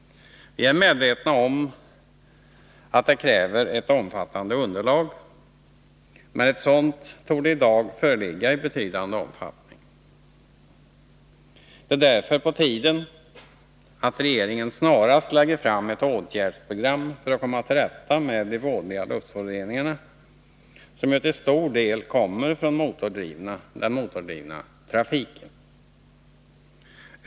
Vi är medvetna om att det kräver ett omfattande underlag, men ett sådant torde i dag föreligga i betydande omfattning. Det är därför på tiden att regeringen snarast lägger fram ett åtgärdsprogram för att komma till rätta med de vådliga luftföroreningarna, som ju till stor del kommer från den motordrivna trafiken.